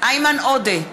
איימן עודה,